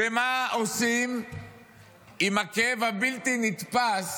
במה עושים עם הכאב הבלתי-נתפס